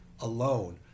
alone